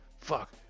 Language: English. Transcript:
fuck